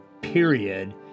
period